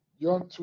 John